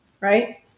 right